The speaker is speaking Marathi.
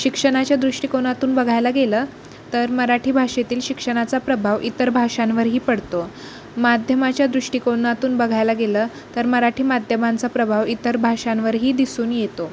शिक्षणाच्या दृष्टिकोनातून बघायला गेलं तर मराठी भाषेतील शिक्षणाचा प्रभाव इतर भाषांवरही पडतो माध्यमाच्या दृष्टिकोनातून बघायला गेलं तर मराठी माध्यमांचा प्रभाव इतर भाषांवरही दिसून येतो